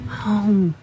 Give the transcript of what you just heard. home